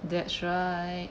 that's right